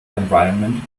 environment